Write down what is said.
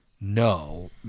no